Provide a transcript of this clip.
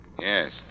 Yes